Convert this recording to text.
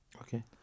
Okay